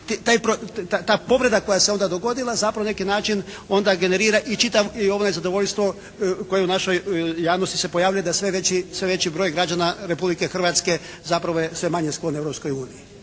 ta povreda koja se onda dogodila zapravo neki način onda generira i čitav i ovo nezadovoljstvo koje u našoj javnosti se pojavljuje da sve veći broj građana Republike Hrvatske zapravo je sve manje sklon Europskoj uniji